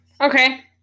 Okay